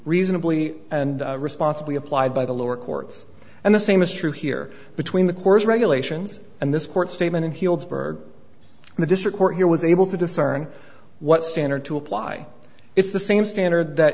reasonably and responsibly applied by the lower courts and the same is true here between the course regulations and this court statement in healdsburg the district court here was able to discern what standard to apply it's the same standard that